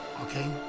Okay